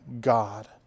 God